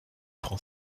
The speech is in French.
langue